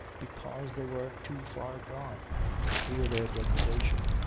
because they were too far gone to feel their degradation.